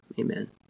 Amen